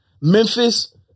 Memphis